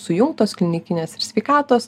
sujungtos klinikinės ir sveikatos